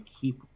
keep